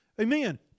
Amen